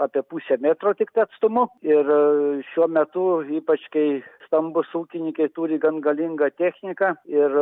apie pusę metro tiktai atstumu ir šiuo metu ypač kai stambūs ūkinykai turi gan galingą techniką ir